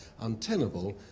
untenable